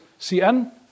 Cn